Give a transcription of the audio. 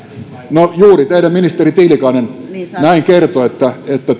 no juuri teidän ministeri tiilikainen näin kertoi että